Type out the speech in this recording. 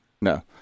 No